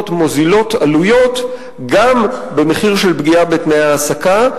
מוזילות עלויות גם במחיר של פגיעה בתנאי ההעסקה,